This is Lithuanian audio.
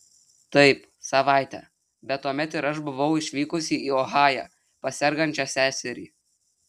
taip savaitę bet tuomet ir aš buvau išvykusi į ohają pas sergančią seserį